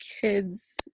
kids